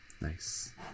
nice